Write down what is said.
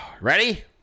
ready